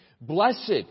Blessed